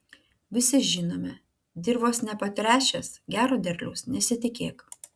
visi žinome dirvos nepatręšęs gero derliaus nesitikėk